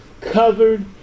covered